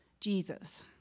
Jesus